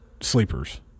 sleepers